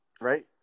right